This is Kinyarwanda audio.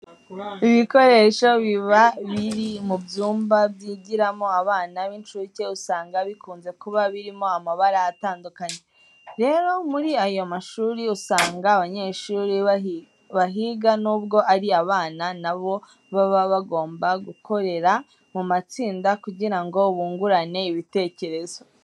Ibikoresho biba biri mu byumba byigiramo abana b'incuke usanga bikunze kuba birimo amabara atandukanye. Rero, muri aya mashuri usanga abanyeshuri bahiga nubwo ari abana na bo baba bagomba gukorera mu matsinda kugira ngo bungurane ibitekerezo.